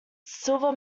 silver